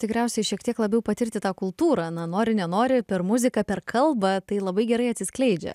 tikriausiai šiek tiek labiau patirti tą kultūrą na nori nenori per muziką per kalbą tai labai gerai atsiskleidžia